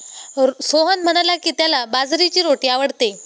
सोहन म्हणाला की, त्याला बाजरीची रोटी आवडते